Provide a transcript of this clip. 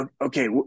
okay